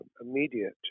immediate